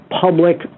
public